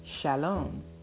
Shalom